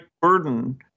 burden